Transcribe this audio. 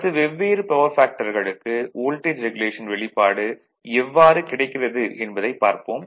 அடுத்து வெவ்வேறு பவர் ஃபேக்டர்களுக்கு வோல்டேஜ் ரெகுலேஷன் வெளிப்பாடு எவ்வாறு கிடைக்கிறது என்பதைப் பார்ப்போம்